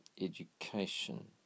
education